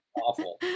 awful